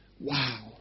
Wow